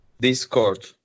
Discord